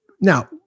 Now